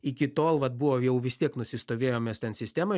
iki tol vat buvo jau vis tiek nusistovėjo mes ten sistemą